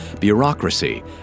bureaucracy